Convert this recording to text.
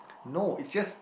no it's just